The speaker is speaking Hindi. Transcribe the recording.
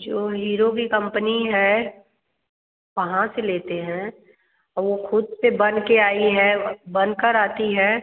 जो हीरो की कम्पनी है वहाँ से लेते हैं और वो ख़ुद से बन कर आई है बन कर आती है